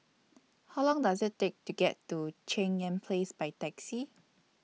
How Long Does IT Take to get to Cheng Yan Place By Taxi